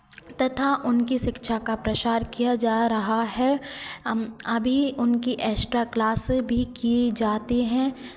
तथा उनकी शिक्षा का प्रसार किया जा रहा है अभी उनकी एक्स्ट्रा क्लास भी किये जाते हैं